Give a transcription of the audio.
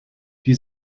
die